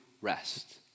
rest